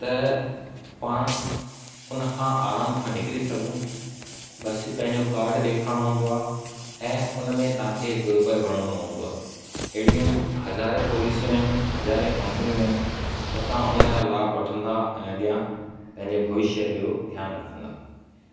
त पाण उन खां आराम खां निकिरी सघूं बसि पंहिंजो कार्ड ॾेखारिणो हुंदो आहे ऐं उन में तव्हांखे हिकु रुपयो भरिणो न हूंदो आहे अहिड़ियूं हज़ारें पॉलिसियूं आहिनि हज़ारें कंपनियूं आहिनि त तव्हां उन जा लाभ वठंदा ऐं अॻियां पंहिंजे भविष्य जो ध्यानु रखंदा